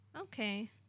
Okay